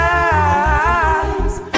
eyes